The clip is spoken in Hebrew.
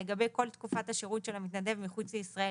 לגבי כל תקופת השירות של המתנדב מחוץ לישראל,